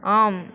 ஆம்